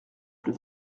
plus